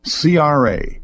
CRA